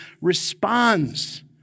responds